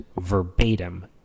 verbatim